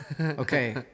Okay